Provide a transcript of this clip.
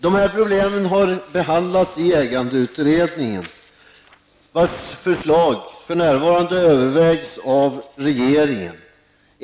Dessa problem har behandlats i ägandeutredningen, vars förslag för närvarande övervägs av regeringen.